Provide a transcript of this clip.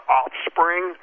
offspring